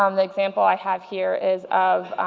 um the example i have here is of